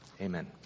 Amen